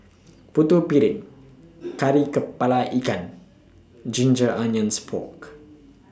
Putu Piring Kari Kepala Ikan Ginger Onions Pork